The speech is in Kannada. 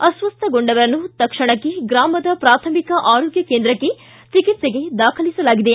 ಅಸ್ವಸ್ಥಗೊಂಡವರನ್ನು ತಕ್ಷಣಕ್ಕೆ ಗ್ರಾಮದ ಪ್ರಾಥಮಿಕ ಆರೋಗ್ಯ ಕೇಂದ್ರಕ್ಕೆ ಚಿಕಿತ್ಸೆಗೆ ದಾಖಲಿಸಲಾಗಿದೆ